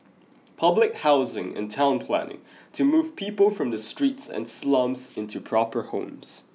public housing and town planning to move people from the streets and slums into proper homes